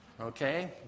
Okay